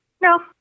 No